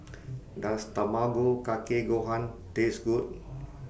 Does Tamago Kake Gohan Taste Good